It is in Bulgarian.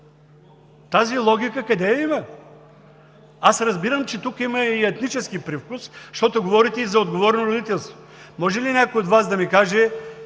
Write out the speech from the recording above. Тази логика къде я има? Аз разбирам, че тук има и етнически привкус, защото говорите и за отговорно родителство. Може ли някой от Вас да ми каже: